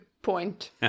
Point